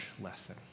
lesson